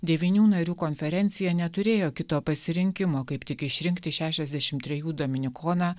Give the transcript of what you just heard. devynių narių konferencija neturėjo kito pasirinkimo kaip tik išrinkti šešiasdešim trejų dominikoną